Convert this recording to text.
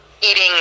eating